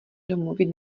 domluvit